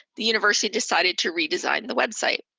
the university decided to redesign the website.